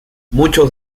muchos